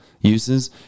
uses